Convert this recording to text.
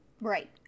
right